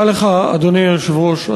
תודה לך, אדוני היושב-ראש.